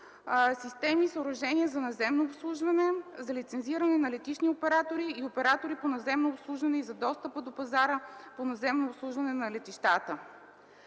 системи и съоръжения за наземно обслужване, за лицензиране на летищни оператори и оператори по наземно обслужване, и за достъпа до пазара по наземно обслужване на летищата.